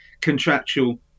contractual